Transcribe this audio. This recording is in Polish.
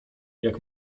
jak